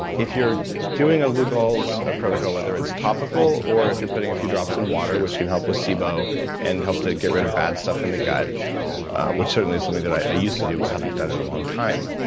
if you're doing a lugol's ah protocol whether it's topical or if you're putting a few drops in water which can help placebo and help to get rid of bad stuff in the gut which certainly is something that i used to do, but haven't done in a long time,